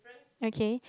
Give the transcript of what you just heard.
okay